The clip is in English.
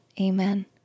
Amen